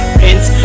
prince